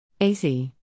ac